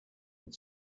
and